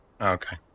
Okay